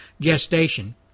gestation